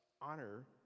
honor